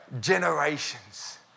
generations